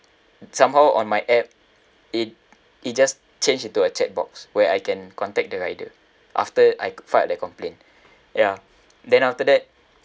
somehow on my app it it just change into a chat box where I can contact the rider after I filed the complaint ya then after that